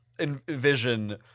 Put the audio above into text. envision